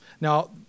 Now